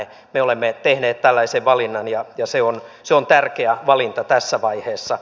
me olemme tehneet tällaisen valinnan ja se on tärkeä valinta tässä vaiheessa